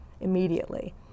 immediately